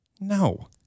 No